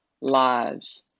lives